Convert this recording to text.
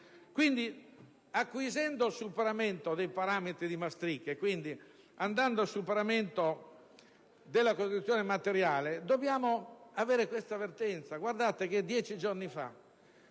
Quindi, acquisendo il superamento dei parametri di Maastricht e andando verso il superamento della costituzione materiale dobbiamo avere questa avvertenza. Guardate che il fatto che